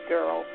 Girl